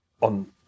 on